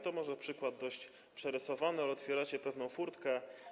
To może przykład dość przerysowany, ale otwieracie pewną furtkę.